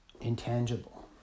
Intangible